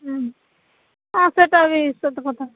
ହୁଁ ହଁ ସେଟା ବି ସତ କଥା